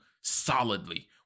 solidly